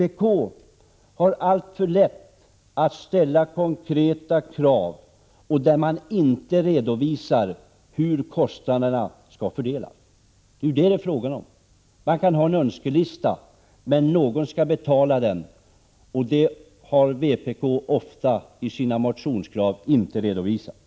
Men vpk har alltför lätt att ställa konkreta krav utan att redovisa hur kostnaderna skall täckas. Det är ju det som saken gäller. Man kan naturligtvis ha en önskelista på åtgärder, men någon skall också betala dem. Hur det skall ske redovisar vpk inte ofta i sina motioner.